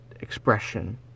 expression